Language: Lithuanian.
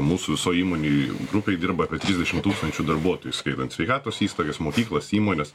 mūsų visoj įmonių grupėj dirba per trisdešimt tūkstančių darbuotojų įskaitant sveikatos įstaigas mokyklas įmones